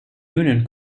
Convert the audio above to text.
union